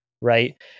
Right